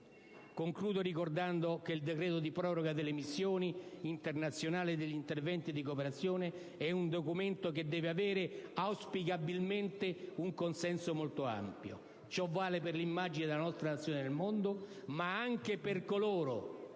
Concludo, ricordando che il decreto di proroga delle missioni internazionali e degli interventi di cooperazione è un documento che deve avere auspicabilmente un consenso molto ampio. Ciò vale per l'immagine della nostra Nazione nel mondo, ma anche per coloro,